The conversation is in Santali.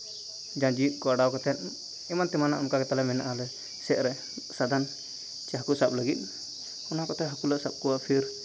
ᱡᱟᱸᱡᱤᱨ ᱠᱚ ᱚᱰᱟᱣ ᱠᱟᱛᱮ ᱮᱢᱟᱱ ᱛᱮᱢᱟᱱᱟᱜ ᱚᱱᱠᱟ ᱜᱮ ᱛᱟᱞᱮ ᱢᱮᱱᱟᱜᱼᱟ ᱟᱞᱮ ᱥᱮᱜ ᱨᱮ ᱥᱟᱫᱷᱚᱱ ᱪᱮ ᱦᱟᱹᱠᱩ ᱥᱟᱵ ᱞᱟᱹᱜᱤᱫ ᱚᱱᱟ ᱠᱚᱛᱮ ᱦᱟᱹᱠᱩ ᱞᱮ ᱥᱟᱵ ᱠᱚᱣᱟ ᱯᱷᱤᱨ